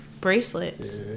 bracelets